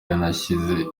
yanashyize